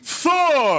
Thor